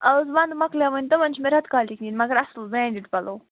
اَوا حظ ونٛدٕ مکلیو وَتہٕ وَنہِ چھِ مےٚ رٮ۪تہٕ کالِکۍ مگر اَصٕل وٮ۪نٛڈڈ پَلو